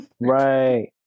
Right